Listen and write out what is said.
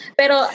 pero